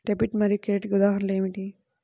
Debit మరియు credit ఉదాహరణలు ఏమిటీ?